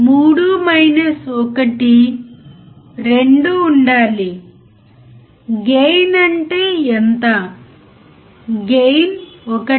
ఇప్పుడు మనం బ్రెడ్బోర్డ్ను ఉపయోగిస్తాము